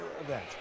event